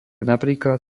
napríklad